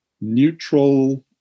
neutral